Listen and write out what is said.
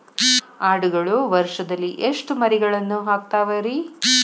ಆಡುಗಳು ವರುಷದಲ್ಲಿ ಎಷ್ಟು ಮರಿಗಳನ್ನು ಹಾಕ್ತಾವ ರೇ?